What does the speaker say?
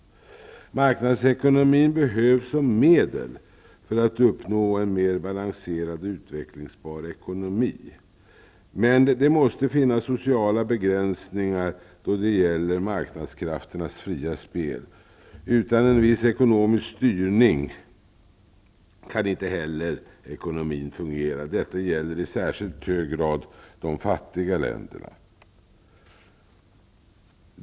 Marknadsekonomin behövs som medel för att uppnå en mer balanserad och utvecklingsbar ekonomi. Men det måste finnas sociala begränsningar då det gäller marknadskrafternas fria spel. Utan en viss ekonomisk styrning kan inte heller ekonomin fungera. Detta gäller i särskilt hög grad de fattiga länderna.